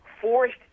forced